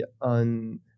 on